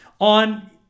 on